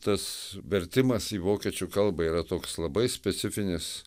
tas vertimas į vokiečių kalbą yra toks labai specifinis